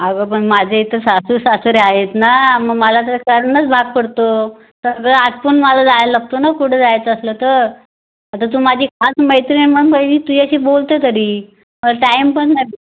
अगं पण माझे इथं सासू सासरे आहेत ना मग मला तर करणंच भाग पडतो सगळा आटपून मला जायला लागतो ना कुठं जायचा असलं तर आता तू माझी खास मैत्रीण म्हणून पहिली तुझ्याशी बोलते तरी टाइम पण नाही भेटत